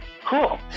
Cool